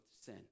sin